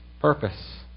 Purpose